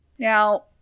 Now